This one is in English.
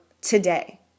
today